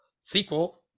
sequel